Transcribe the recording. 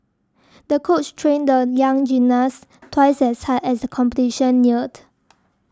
the coach trained the young gymnast twice as hard as the competition neared